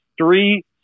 three